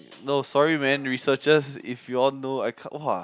no sorry man researchers if you all know I can't !wah!